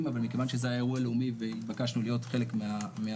אבל מכיוון שזה היה אירוע לאומי והתבקשנו להיות חלק מהתהליך,